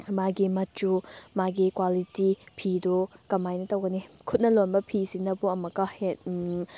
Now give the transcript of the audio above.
ꯃꯥꯒꯤ ꯃꯆꯨ ꯃꯥꯒꯤ ꯀ꯭ꯋꯥꯂꯤꯇꯤ ꯐꯤꯗꯨ ꯀꯃꯥꯏ ꯇꯧꯒꯅꯤ ꯈꯨꯠꯅ ꯂꯣꯟꯕ ꯐꯤꯁꯤꯅꯕꯨ ꯑꯃꯨꯛꯀ